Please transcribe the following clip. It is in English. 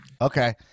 Okay